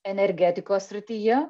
energetikos srityje